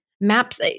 maps